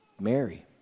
Mary